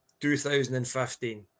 2015